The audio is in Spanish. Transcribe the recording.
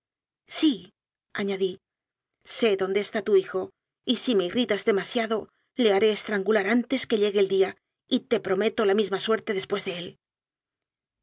síañadí sé dónde está tu hijo y si me irritas demasiado le haré estrangular antes que llegue el día y te prometo la misma suerte después de él